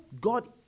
God